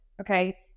okay